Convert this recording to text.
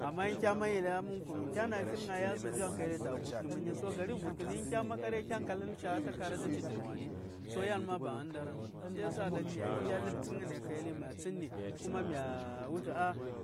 Amma kya man yeli a mən kulum kya:na fi:r nya yasin njwan ka yali ta vutki mini so garin vutkəni kya makarai. lə:r ŋ tlan dən wan mən di yan a ca ba’a ndaraŋn shiyasa mə tli a lib tsiŋnes ka yali ma tsəŋni kuma yaa wutu